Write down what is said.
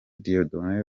dieudonne